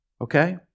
Okay